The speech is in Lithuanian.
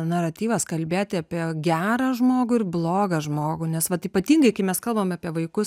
naratyvas kalbėti apie gerą žmogų ir blogą žmogų nes vat ypatingai kai mes kalbam apie vaikus